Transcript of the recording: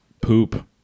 poop